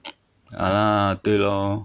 !hanna! 对咯